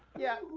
yeah.